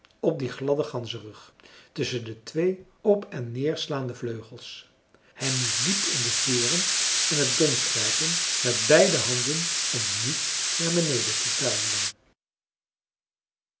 op dien gladden ganzerug tusschen de twee op en neer slaande vleugels hij moest diep in de veeren en het dons grijpen met beide handen om niet naar beneden te tuimelen